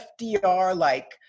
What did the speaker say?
FDR-like